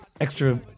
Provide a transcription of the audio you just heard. extra